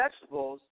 vegetables